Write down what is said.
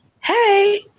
Hey